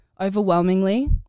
Overwhelmingly